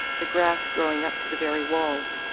the grass growing up to the very walls.